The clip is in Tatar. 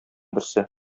берсе